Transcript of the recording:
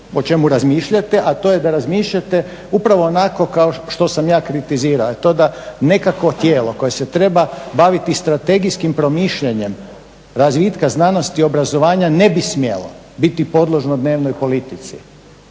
o čemu razmišljate a to je da razmišljate upravo onako kao što sam ja kritizirao, to da nekakvo tijelo koje se treba baviti strategijskim promišljanjem razvitka znanosti i obrazovanja ne bi smjelo biti podložno dnevnoj politici